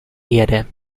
erde